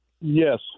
Yes